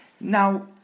Now